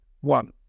One